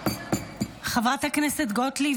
חברת הכנסת גוטליב,